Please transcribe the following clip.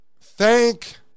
thank